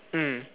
mm